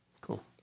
Cool